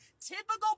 Typical